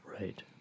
Right